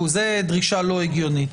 זה דרישה לא הגיונית.